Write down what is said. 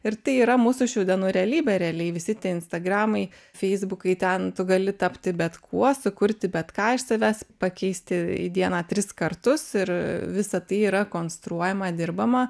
ir tai yra mūsų šių dienų realybė realiai visi tie insta gramai feisbukai ten tu gali tapti bet kuo sukurti bet ką iš savęs pakeisti į dieną tris kartus ir visa tai yra konstruojama dirbama